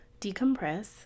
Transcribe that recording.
decompress